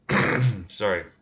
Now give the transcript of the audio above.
Sorry